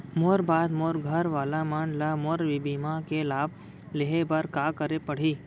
मोर बाद मोर घर वाला मन ला मोर बीमा के लाभ लेहे बर का करे पड़ही?